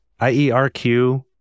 IERQ